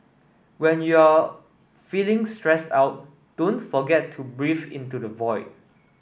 when you are feeling stressed out don't forget to breathe into the void